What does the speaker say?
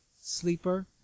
sleeper